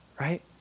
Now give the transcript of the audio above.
right